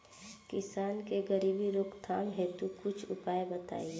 किसान के गरीबी रोकथाम हेतु कुछ उपाय बताई?